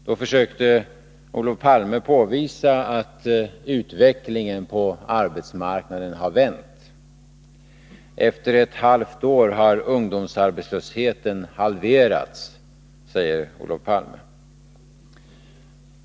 Då försökte Olof Palme påvisa att utvecklingen på arbetsmarknaden har vänt. Efter ett halvår har ungdomsarbetslösheten halverats, säger Olof Palme.